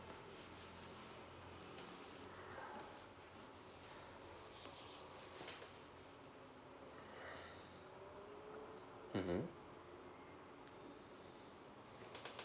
mmhmm